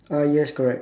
ah yes correct